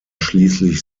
schließlich